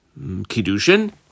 Kiddushin